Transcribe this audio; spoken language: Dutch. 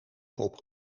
kop